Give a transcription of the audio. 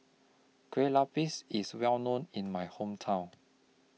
Kue Lupis IS Well known in My Hometown